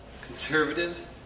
conservative